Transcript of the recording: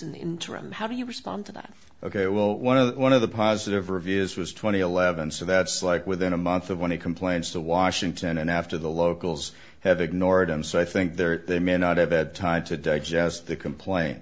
interim how do you respond to that ok well one of the one of the positive reviews was twenty eleven so that's like within a month of when he complains to washington and after the locals have ignored him so i think they're they may not have had time to digest the complain